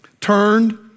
turned